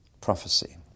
prophecy